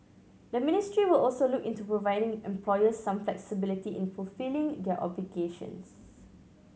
the ministry will also look into providing employers some flexibility in fulfilling their obligations